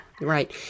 Right